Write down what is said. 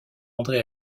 andré